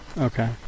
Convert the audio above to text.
Okay